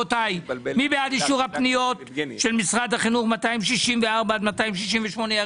מי בעד אישור הפניות של משרד החינוך, 264 עד 268?